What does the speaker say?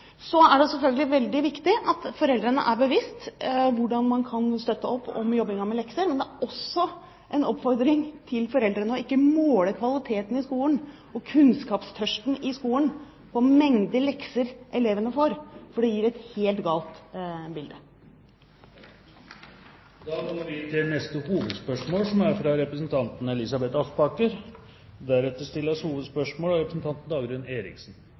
Så er det selvfølgelig veldig viktig at foreldrene er seg bevisst hvordan de kan støtte opp om jobbingen med lekser, men det er også en oppfordring til foreldrene å ikke måle kvaliteten og kunnskapstørsten i skolen ut fra mengden lekser elevene får, for det gir et helt galt bilde. Vi går til neste hovedspørsmål.